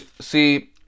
see